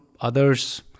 others